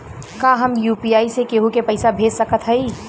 का हम यू.पी.आई से केहू के पैसा भेज सकत हई?